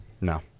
No